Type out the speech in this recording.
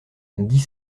dix